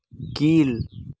கீழ்